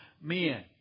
men